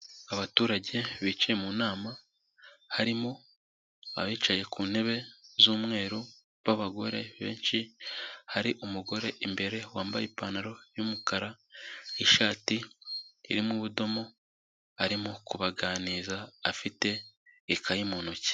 Abaturage bicaye mu nama, harimo abicaye ku ntebe z'umweru b'abagore benshi, hari umugore imbere wambaye ipantaro y'umukara n'ishati irimo ubudomo arimo kubaganiriza afite ikayi mu ntoki.